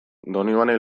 donibane